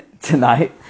tonight